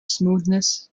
smoothness